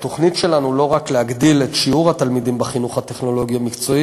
בתוכנית שלנו לא רק להגדיל את שיעור התלמידים בחינוך הטכנולוגי-מקצועי